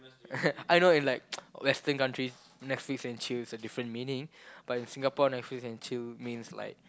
I know in like western countries Netflix and chill is a different meaning but in Singapore Netflix and chill means like